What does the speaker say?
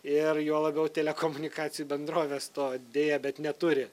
ir juo labiau telekomunikacijų bendrovės to deja bet neturi